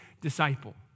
disciple